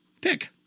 Pick